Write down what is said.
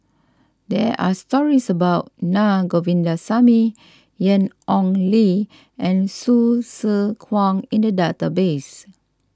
there are stories about Na Govindasamy Ian Ong Li and Hsu Tse Kwang in the database